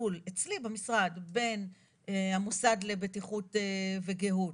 בפיצול אצלי במשרד בין המוסד לבטיחות וגהות